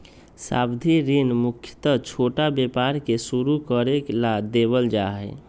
सावधि ऋण मुख्यत छोटा व्यापार के शुरू करे ला देवल जा हई